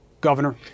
governor